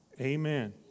Amen